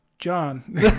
John